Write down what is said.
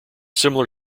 similar